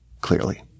clearly